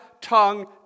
tongue